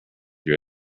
your